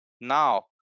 Now